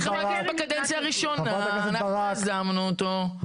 חברת כנסת בקדנציה הראשונה אנחנו יזמנו אותו.